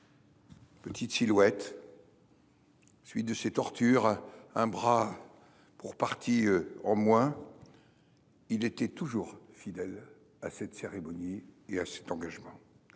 Petite silhouette. Celui de ces tortures un bras pour partie au moins. Il était toujours fidèle à cette cérémonie et à cet engagement.